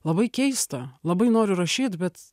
labai keista labai noriu rašyt bet